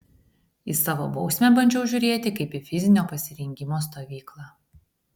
į savo bausmę bandžiau žiūrėti kaip į fizinio pasirengimo stovyklą